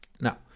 Now